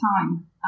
time